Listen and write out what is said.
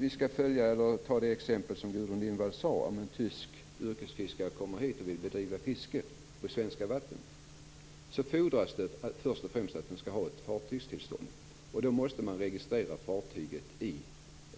Vi kan ta det exempel som Gudrun Lindvall nämnde om en tysk yrkesfiskare som kommer hit och vill bedriva fiske på svenska vatten. Då fordras det först och främst att han skall ha ett fartygstillstånd. Då måste han registrera fartyget